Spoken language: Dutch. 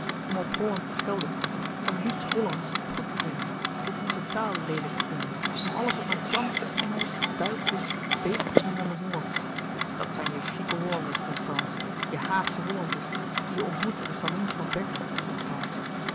om op holland te schelden om niets hollandsch goed te vinden om onze taal leelijk te vinden om alles wat maar fransch engelsch duitsch is beter te vinden dan hollandsch dat zijn je chique hollanlouis couperus de boeken der kleine zielen ders constance je haagsche hollanders die je ontmoet in de salons van bertha constance